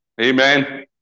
Amen